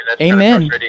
Amen